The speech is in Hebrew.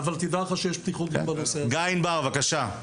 גיא, בבקשה.